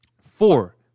Four